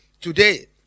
today